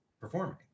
performing